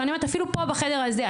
ואני אומרת אפילו פה בחדר הזה,